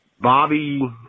Bobby